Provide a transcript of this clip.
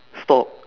stop